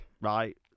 Right